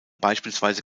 beispielsweise